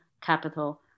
capital